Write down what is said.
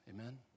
Amen